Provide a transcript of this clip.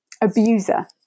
abuser